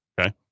okay